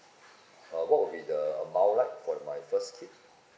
uh what will be the amount like for my first kid